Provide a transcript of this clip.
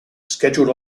scheduled